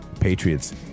patriots